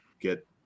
get